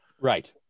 Right